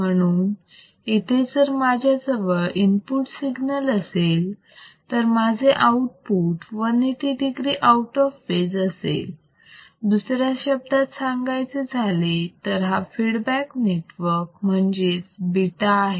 म्हणून इथे जर माझ्याजवळ इनपुट सिग्नल असेल तर माझे output 180 degree out of phase असेल दुसऱ्या शब्दात सांगायचे झाले तर हा फीडबॅक नेटवर्क म्हणजेच बिटा आहे